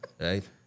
right